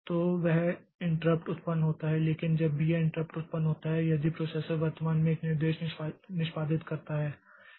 तो वह इंट्रप्ट उत्पन्न होता है लेकिन जब भी यह इंट्रप्ट उत्पन्न होता है यदि प्रोसेसर वर्तमान में एक निर्देश निष्पादित कर रहा है